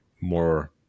more